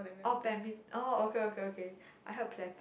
orh badmin~ orh okay okay okay I heard